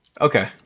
Okay